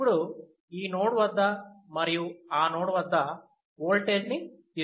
ఇప్పుడు ఈ నోడ్ వద్ద మరియు ఆ నోడ్ వద్ద ఓల్టేజ్ని తీసుకుందాం